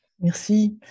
Merci